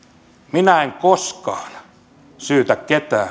minä en koskaan syytä